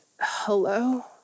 hello